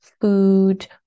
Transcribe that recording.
food